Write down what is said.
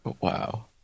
Wow